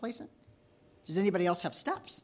placement does anybody else have stop